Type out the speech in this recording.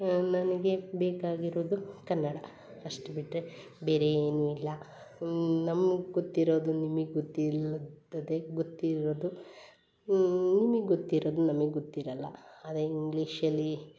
ನನಗೆ ಬೇಕಾಗಿರುವುದು ಕನ್ನಡ ಅಷ್ಟು ಬಿಟ್ಟರೆ ಬೇರೆ ಏನು ಇಲ್ಲ ನಮ್ಗೆ ಗೊತ್ತಿರೋದು ನಿಮಗೆ ಗೊತ್ತಿಲ್ಲ ಗೊತ್ತಿರೋದು ನಿಮಗೆ ಗೊತ್ತಿರೋದು ನಮಗೆ ಗೊತ್ತಿರಲ್ಲ ಅದೇ ಇಗ್ಲೀಷಲ್ಲಿ